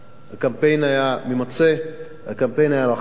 הקמפיין היה ממצה, הקמפיין היה רחב.